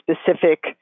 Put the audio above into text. specific